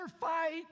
fight